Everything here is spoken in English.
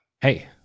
Hey